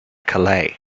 calais